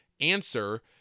answer